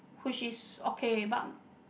which is okay but